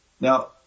Now